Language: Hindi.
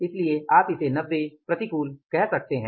इसलिए आप इसे 90 प्रतिकूल कह सकते हैं